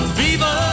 viva